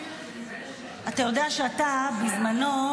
אתה יודע שאתה בזמנו,